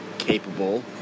Capable